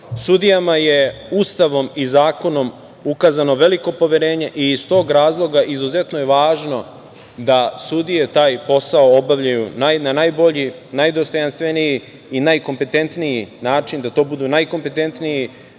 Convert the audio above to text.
odnosima. Sudijama je Ustavom i zakonom ukazano veliko poverenje, i iz tog razloga izuzetno je važno da sudije taj posao obavljaju na najbolji, najdostojanstveniji i najkompetentniji način, da to budu najkompetentniji,